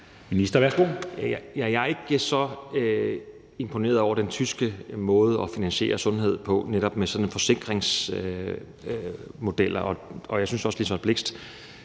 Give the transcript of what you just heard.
(Magnus Heunicke): Jeg er ikke så imponeret over den tyske måde at finansiere sundhed på, netop med sådan en forsikringsmodel, og jeg synes også, at fru Liselott